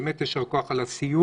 באמת יישר כוח על הסיור.